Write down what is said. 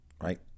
Right